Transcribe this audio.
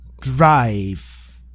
Drive